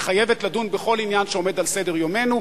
מחייבים לדון בכל עניין שעומד על סדר-יומנו.